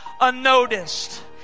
unnoticed